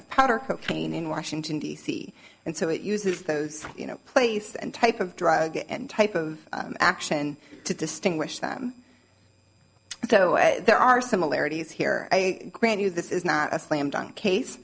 of powder cocaine in washington d c and so it uses those you know place and type of drug and type of action to distinguish them so there are similarities here i grant you this is not a slam dunk case